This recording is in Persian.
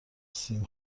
سیم